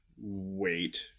wait